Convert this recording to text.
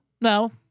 no